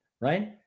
right